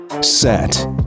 set